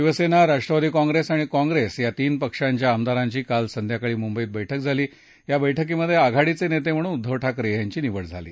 शिवसेना राष्ट्रवादी काँग्रेस आणि काँग्रेस या तीन पक्षाच्या आमदारांची काल सायंकाळी मुंबईत बैठक झाली या बैठकीत आघाडीचे नेते म्हणून उद्दव ठाकरे यांची निवड झळी